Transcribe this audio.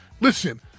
listen